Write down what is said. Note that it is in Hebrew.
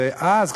ואז,